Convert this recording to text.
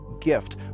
gift